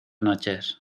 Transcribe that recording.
noches